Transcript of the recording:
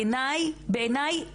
בעיניי,